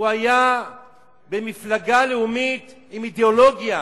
היה במפלגה לאומית עם אידיאולוגיה,